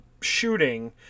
shooting